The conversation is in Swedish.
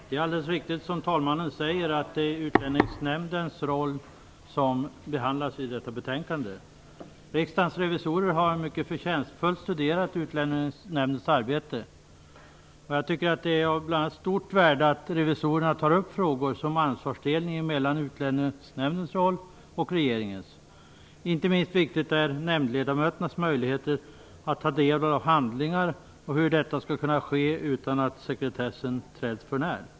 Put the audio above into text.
Herr talman! I detta betänkande behandlas Utlänningsnämndens roll. Riksdagens revisorer har mycket förtjänstfullt studerat Utlänningsnämndens arbete. Jag tycker att det bl.a. är av stort värde att revisorerna tar upp frågor som ansvarsfördelningen mellan Utlänningsnämnden och regeringen. Inte minst viktigt är nämndledamöternas möjligheter att ta del av handläggningen och hur detta skall kunna ske utan att sekretessen träds för när.